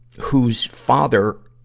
whose father,